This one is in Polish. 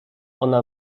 ona